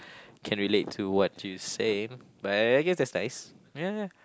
can relate to what you say but I I guess that's nice ya